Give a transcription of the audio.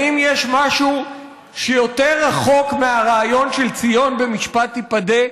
האם יש משהו שיותר רחוק מהרעיון של "ציון במשפט תִפָדה"